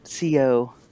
CO